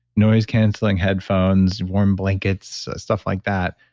noise canceling headphones, warm blankets, stuff like that,